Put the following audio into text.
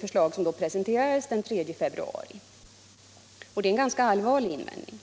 förslag som senare presenterades den 3 februari, och det är en ganska allvarlig invändning.